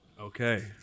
Okay